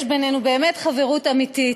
יש בינינו באמת חברות אמיתית,